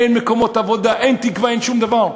אין מקומות עבודה, אין תקווה, אין שום דבר.